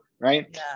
right